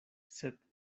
sed